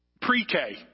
pre-K